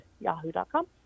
yahoo.com